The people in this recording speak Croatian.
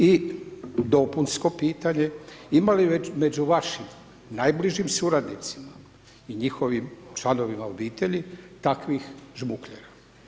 I dopunsko pitanje, ima li među vašim najbližim suradnicima i njihovim članovima obitelji takvih žmuklera?